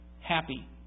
happy